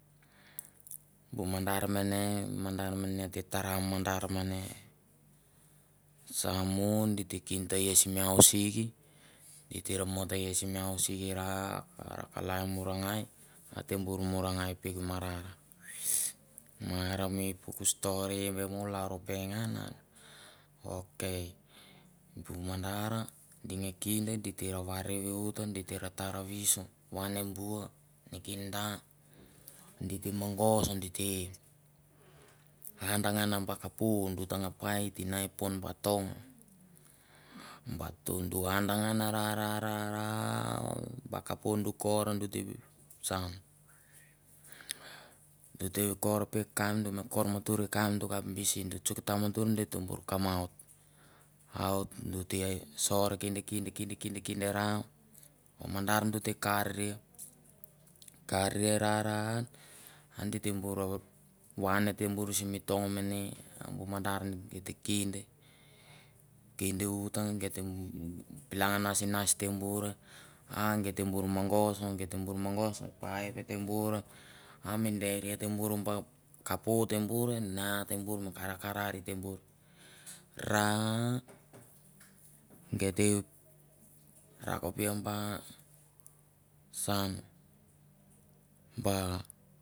Bu mandar mene mi mandar mene ate tara mi mandar mane samo di te kin ta ai simi ausik. di ter mo te ia simi ausik ra ate ra kalai murangai. ate bor morangai peuk i marar. Ma are mo puk stori be mo u lalro pengan an. Ok bu mandar di ge kin di te ra variu di uta di te ra tar viso. vane bua. kin da. di te mogos di te anda ngana ba kopo do ta nga pait nai i pon ba tong. ba ton du anda ra ra ra ra rau ba kopo dor kor do te saun du te kor peuk kamb. do me kor mutu i kamb do kap bisi du tsok tamatir du te bor kambaut. Out du te sor kin kin kin kin dera bu mandar du te kar re ra ra aidi te ate bur van sim tong mane a bu mandar git ta kinda kinde uta. pilang nas nas te bure a gei tem bur mogos paip tember a mi deria te bur ba kapo te bur na ate bur karakaria ra gei te ra kapia ba saunu